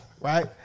Right